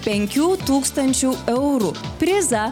penkių tūkstančių eurų prizą